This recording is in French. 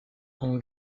ont